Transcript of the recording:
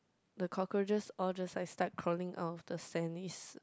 the cockroaches all just like start crawling out of the sand is